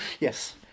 Yes